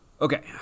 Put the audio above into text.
okay